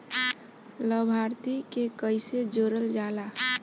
लभार्थी के कइसे जोड़ल जाला?